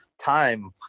time